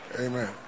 Amen